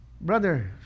Brother